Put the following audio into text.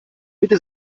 bitte